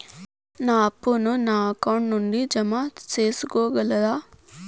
నా అప్పును నా అకౌంట్ నుండి జామ సేసుకోగలరా?